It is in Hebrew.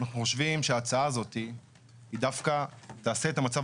אנחנו חושבים שההצעה הזאת היא דווקא תעשה את המצב